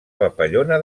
papallona